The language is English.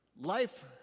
Life